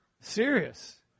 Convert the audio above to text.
Serious